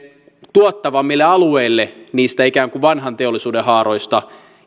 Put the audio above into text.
tuottavammille alueille niistä ikään kuin vanhan teollisuuden haaroista